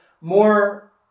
more